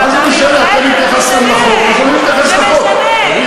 לא בגלל זה אתם מעבירים את זה לוועדה מיוחדת.